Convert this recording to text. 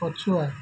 ପଛୁଆ